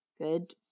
good